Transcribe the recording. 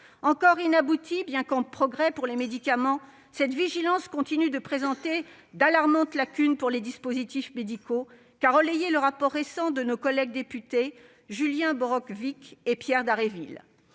Encore inaboutie, bien qu'elle soit en progrès pour les médicaments, cette vigilance continue de présenter d'alarmantes lacunes pour les dispositifs médicaux, relayées par le rapport récent de nos collègues députés Julien Borowczyk et Pierre Dharréville.